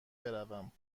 بروم